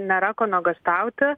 nėra ko nuogąstauti